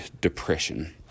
depression